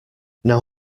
now